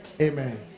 Amen